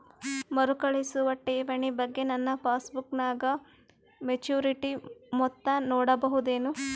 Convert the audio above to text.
ಮರುಕಳಿಸುವ ಠೇವಣಿ ಬಗ್ಗೆ ನನ್ನ ಪಾಸ್ಬುಕ್ ನಾಗ ಮೆಚ್ಯೂರಿಟಿ ಮೊತ್ತ ನೋಡಬಹುದೆನು?